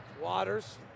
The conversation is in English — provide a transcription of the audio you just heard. waters